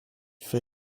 for